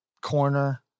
corner